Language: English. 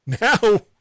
now